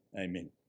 Amen